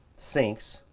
sinks,